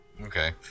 Okay